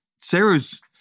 Sarah's